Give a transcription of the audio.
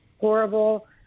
horrible